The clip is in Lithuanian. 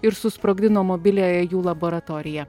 ir susprogdino mobiliąją jų laboratoriją